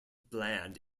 bland